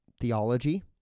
theology